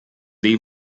dei